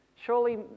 Surely